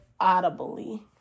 audibly